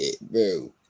bro